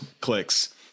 clicks